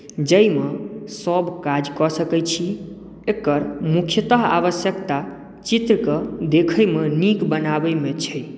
जाहिमे सभकाज कऽ सकैत छी एकर मुख्यतः आवश्यकता चित्रकेँ देखयमे नीक बनाबयमे छै